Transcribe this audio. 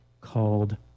called